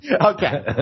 Okay